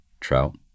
trout